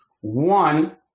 One